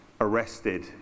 arrested